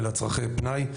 אלא על צרכי פנאי,